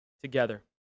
together